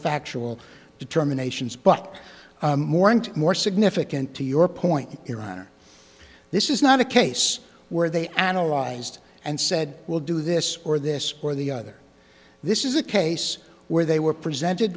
factual determinations but more and more significant to your point iran or this is not a case where they analyzed and said we'll do this or this or the other this is a case where they were presented